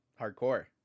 Hardcore